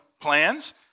plans